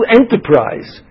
enterprise